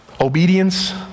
Obedience